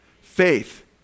faith